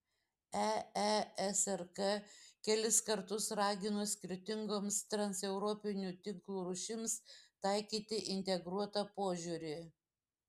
eesrk kelis kartus ragino skirtingoms transeuropinių tinklų rūšims taikyti integruotą požiūrį